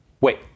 Wait